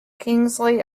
kingsley